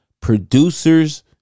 producers